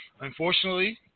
Unfortunately